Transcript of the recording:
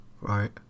right